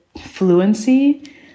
fluency